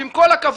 ועם כל הכבוד,